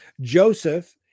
Joseph